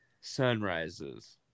Sunrises